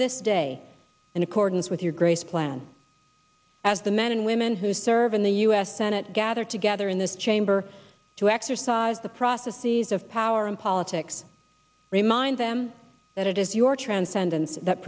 this day in accordance with your grace plan as the men and women who serve in the u s senate gather together in this chamber to exercise the prophecies of power in politics remind them that